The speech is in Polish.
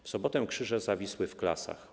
W sobotę krzyże zawisły w klasach.